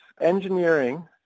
engineering